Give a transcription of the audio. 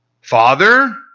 father